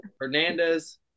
Hernandez